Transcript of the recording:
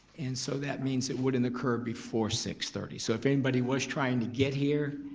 and so that means it wouldn't occur before six thirty. so if anybody was trying to get here,